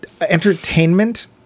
entertainment